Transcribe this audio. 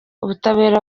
ubutabera